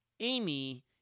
amy